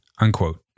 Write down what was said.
unquote